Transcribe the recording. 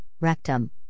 rectum